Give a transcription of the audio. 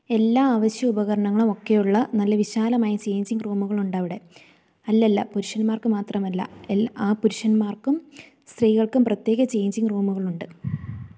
എല്ലാ അവശ്യ ഉപകരണങ്ങളും ഒക്കെയുള്ള നല്ല വിശാലമായ ചെയ്ഞ്ചിങ് റൂമുകൾ ഉണ്ടവിടെ അല്ലല്ല പുരുഷന്മാർക്ക് മാത്രമല്ല എൽ ആ പുരുഷന്മാർക്കും സ്ത്രീകൾക്കും പ്രത്യേക ചെയ്ഞ്ചിങ് റൂമുകളുണ്ട്